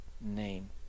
name